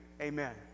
Amen